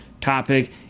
topic